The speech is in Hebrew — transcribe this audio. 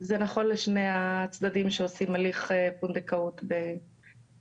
זה נכון לשני הצדדים שעושים הליך פונדקאות בחו"ל.